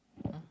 !huh!